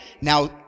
Now